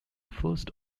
first